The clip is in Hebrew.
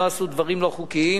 הם לא עשו דברים לא חוקיים.